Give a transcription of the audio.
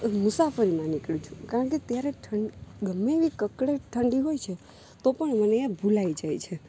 મુસાફરી માં નીકળી છું કારણ કે ત્યારે ઠંડી ગરમીની કકળાટ ઠંડી હોય છે તો પણ મને એ ભુલાઈ જાય છે